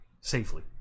safely